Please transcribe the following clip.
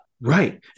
Right